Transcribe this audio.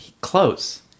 close